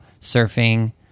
surfing